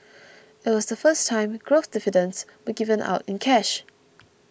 it was the first time growth dividends were given out in cash